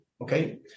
okay